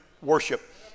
worship